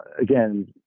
again